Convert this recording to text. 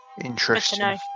interesting